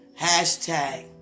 Hashtag